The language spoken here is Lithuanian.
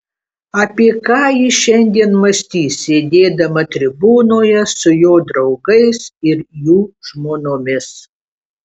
apie ką ji šiandien mąstys sėdėdama tribūnoje su jo draugais ir jų žmonomis